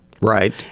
Right